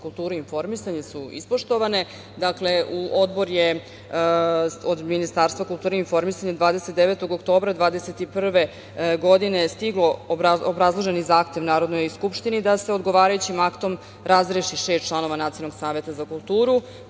kulturu i informisanje su ispoštovane. Dakle, u Odbor je od Ministarstva kulture i informisanja 29. oktobra 2021. godine stigao obrazloženi zahtev Narodnoj skupštini da se odgovarajućim aktom razreši šest članova Nacionalnog saveta za kulturu,